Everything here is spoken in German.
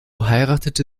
heiratete